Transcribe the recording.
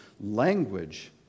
language